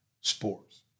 sports